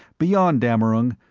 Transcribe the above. beyond dammerung,